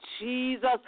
Jesus